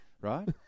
Right